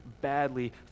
badly